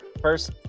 first